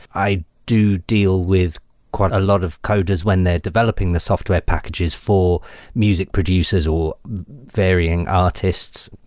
i do deal with quite a lot of coders when they're developing the software packages for music producers or varying artists,